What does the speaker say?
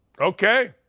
Okay